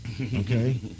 Okay